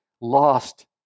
lost